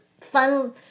fun